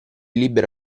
libero